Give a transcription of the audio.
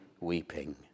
weeping